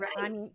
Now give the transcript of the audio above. right